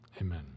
amen